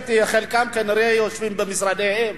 האמת היא שחלקם כנראה יושבים במשרדיהם.